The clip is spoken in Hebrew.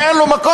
שאין לו מקום.